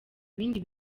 bindi